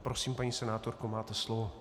Prosím, paní senátorko, máte slovo.